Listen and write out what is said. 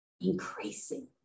increasing